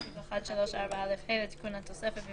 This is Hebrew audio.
סעיף 1(3)(4א)(ה) לתיקון התוספת,